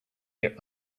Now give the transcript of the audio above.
get